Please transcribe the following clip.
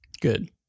Good